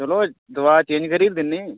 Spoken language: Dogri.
चलो दवा चेंज करी दिन्ने